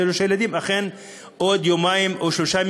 שלושה ילדים, עוד יומיים או שלושה ימים